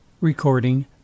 Recording